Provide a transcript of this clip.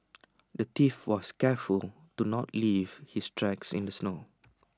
the thief was careful to not leave his tracks in the snow